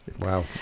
wow